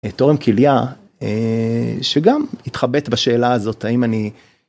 תורם כליה שגם התחבט בשאלה הזאת האם אני.